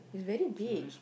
is very big